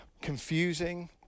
confusing